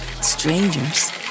Strangers